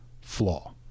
flaw